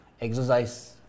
exercise